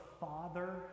Father